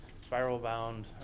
spiral-bound